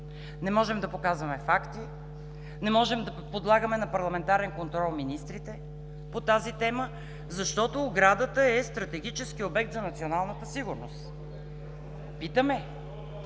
не можем да показваме факти, не можем да подлагаме на парламентарен контрол министрите по тази тема, защото оградата е стратегически обект за националната сигурност? Питаме!